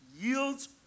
yields